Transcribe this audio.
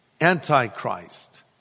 Antichrist